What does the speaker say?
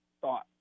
thought